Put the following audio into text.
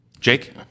Jake